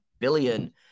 billion